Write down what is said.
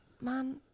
Man